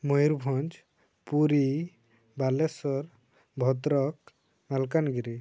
Mayurbhanj Puri Balasore Bhadrak Malkangiri